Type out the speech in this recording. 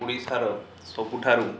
ଓଡ଼ିଶାର ସବୁଠାରୁ